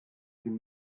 been